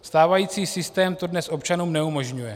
Stávající systém to dnes občanům neumožňuje.